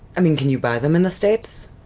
i mean, can you buy them in the states?